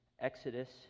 Exodus